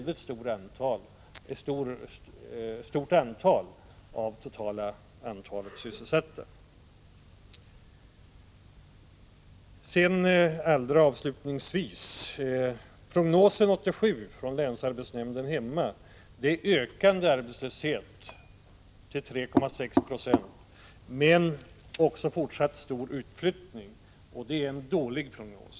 Det är faktiskt en stor andel av det totala antalet sysselsatta som det är fråga om. Avslutningsvis: I prognosen för 1987 från länsarbetsnämnden i mitt hemlän sägs att arbetslösheten kommer att öka till 3,6 20, men också att vi får en fortsatt stor utflyttning. Det är en dålig prognos.